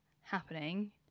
happening